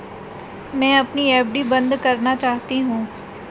मैं अपनी एफ.डी बंद करना चाहती हूँ